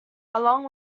along